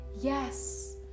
Yes